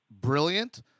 brilliant